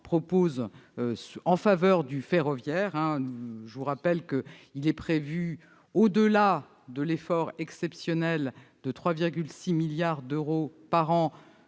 propose en faveur du ferroviaire. Il est prévu, au-delà de l'effort exceptionnel de 3,6 milliards d'euros par an,